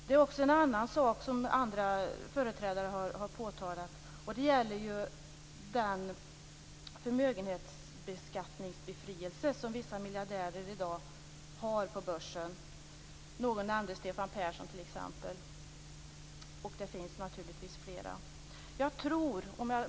Det är också en annan sak som andra företrädare har påtalat, och det gäller den förmögenhetsbeskattningsbefrielse som vissa miljardärer i dag har på börsen. Någon nämnde t.ex. Stefan Persson, och det finns naturligtvis flera.